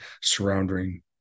surrounding